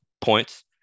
points